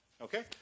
Okay